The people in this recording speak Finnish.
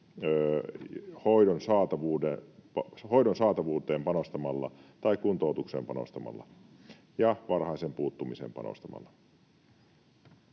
hoidon saatavuuteen panostamalla tai kuntoutukseen panostamalla ja varhaiseen puuttumiseen panostamalla.